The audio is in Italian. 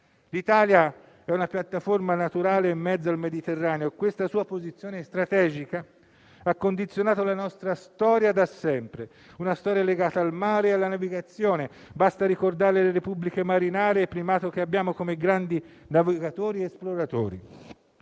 L'Italia è infatti una piattaforma naturale in mezzo al Mediterraneo. Questa sua posizione strategica ha da sempre condizionato la nostra storia, che è infatti legata al mare e alla navigazione, basti ricordare le Repubbliche marinare e il nostro primato come grandi navigatori ed esploratori.